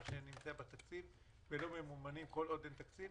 מה שנמצא בתקציב ולא ממומן כל עוד אין תקציב?